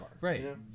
Right